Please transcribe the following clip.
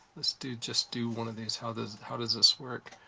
let's do just do one of these. how does how does this work?